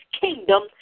kingdom